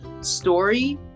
story